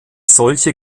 solche